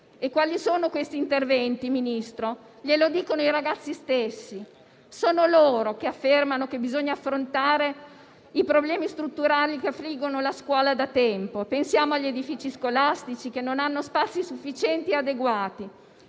Quali siano questi interventi, signor Ministro, glielo dicono i ragazzi stessi. Sono loro che affermano che bisogna affrontare i problemi strutturali che affliggono da tempo la scuola. Pensiamo agli edifici scolastici, che non hanno spazi sufficienti e adeguati.